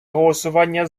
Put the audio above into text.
голосування